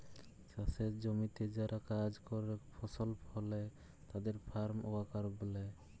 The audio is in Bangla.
চাসের জমিতে যারা কাজ করেক ফসল ফলে তাদের ফার্ম ওয়ার্কার ব্যলে